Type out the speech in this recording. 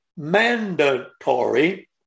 Mandatory